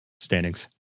standings